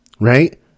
right